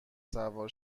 سوار